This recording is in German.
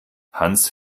hans